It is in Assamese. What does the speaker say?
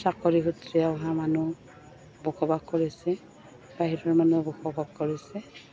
চাকৰি সূত্ৰে অহা মানুহ বসবাস কৰিছে বাহিৰৰ মানুহে বসবাস কৰিছে